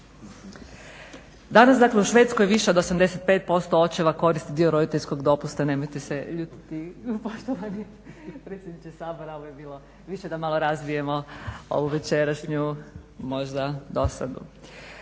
dakle u Švedskoj više od 85% očeva koristi dio roditeljskog dopusta. Nemojte se ljutiti poštovani predsjedniče Sabora, ovo je bilo više da malo razbijemo ovu večerašnju možda dosadu.